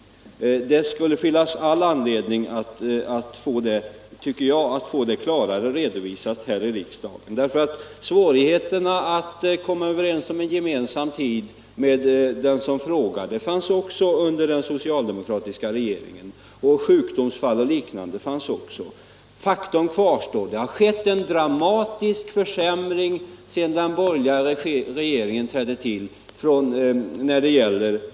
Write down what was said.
Jag tycker att det skulle finnas all anledning att få det klarare redovisat här i riksdagen. Svårigheterna att komma överens om en gemensam tid med frågeställaren fanns också under den socialdemokratiska regeringen. Sjukdomsfall och liknande hinder förekom också då. Faktum kvarstår, att det har skett en dramatisk försämring i svarsfrekvensen sedan den borgerliga regeringen trädde till.